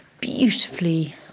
beautifully